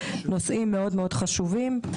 נושאים מאוד חשובים,